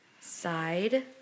side